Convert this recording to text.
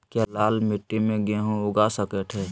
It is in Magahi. क्या लाल मिट्टी में गेंहु उगा स्केट है?